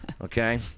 Okay